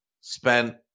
Spent